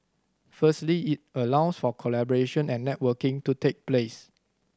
firstly it allows for collaboration and networking to take place